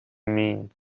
mean